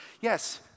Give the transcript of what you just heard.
yes